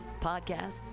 podcasts